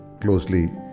closely